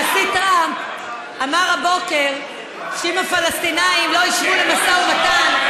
הנשיא טראמפ אמר הבוקר שאם הפלסטינים לא ישבו למשא ומתן,